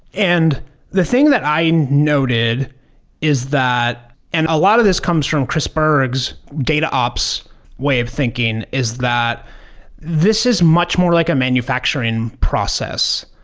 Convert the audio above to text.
and the thing that i and noted is that and a lot of this comes from chris burgh's data ops way of thinking is that this is much more like a manufacturing process,